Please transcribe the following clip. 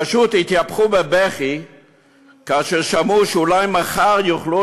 הם פשוט התייפחו כאשר שמעו שאולי מחר יוכלו